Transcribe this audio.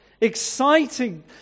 exciting